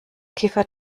kiffer